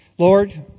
Lord